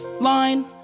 line